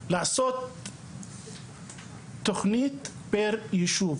של לבנות תוכנית פר ישוב.